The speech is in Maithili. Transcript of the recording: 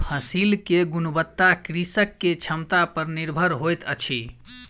फसिल के गुणवत्ता कृषक के क्षमता पर निर्भर होइत अछि